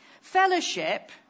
Fellowship